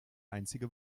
einzige